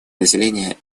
население